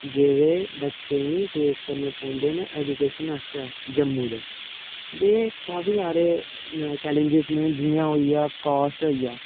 जेह्ड़े बच्चें गी फेस करने पौंदे न ऐजुकेशन आस्तै जम्मू ते काफी सारे चैलंजस न जियां होई गेआ कास्ट होई गेआ